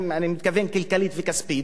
אני מתכוון כלכלית וכספית.